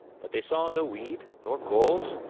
but they saw no weed, nor gulls,